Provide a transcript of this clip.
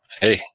hey